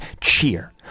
cheer